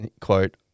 Quote